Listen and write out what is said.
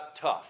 tough